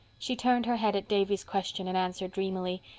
she turned her head at davy's question and answered dreamily,